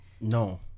No